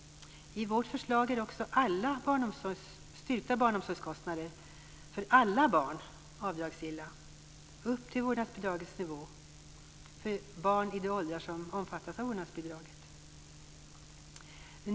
I förslaget är också alla styrkta barnomsorgskostnader avdragsgilla upp till vårdnadsbidragets nivå för alla barn i de åldrar som omfattas av vårdnadsbidraget.